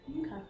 okay